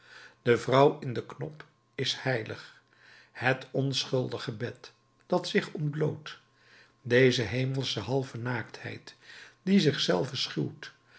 de vrouw in den knop is heilig het onschuldige bed dat zich ontbloot deze hemelsche halve naaktheid die